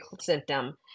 symptom